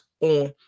on